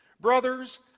Brothers